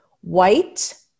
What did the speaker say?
white